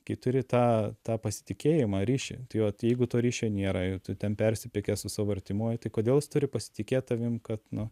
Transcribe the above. kai turi tą tą pasitikėjimą ryšį tai vat jeigu to ryšio nėra ir tu ten persipykęs su savo artimuoju tai kodėl jis turi pasitikėt tavim kad nu